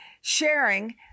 sharing